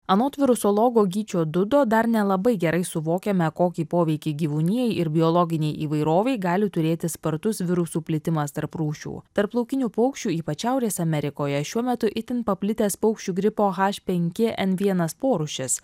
anot virusologo gyčio dudo dar nelabai gerai suvokiame kokį poveikį gyvūnijai ir biologinei įvairovei gali turėti spartus virusų plitimas tarp rūšių tarp laukinių paukščių ypač šiaurės amerikoje šiuo metu itin paplitęs paukščių gripo h penki n vienas porūšis